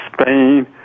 Spain